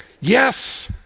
Yes